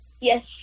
Yes